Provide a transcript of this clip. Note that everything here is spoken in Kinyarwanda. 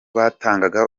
batangaga